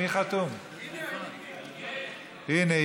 הינה,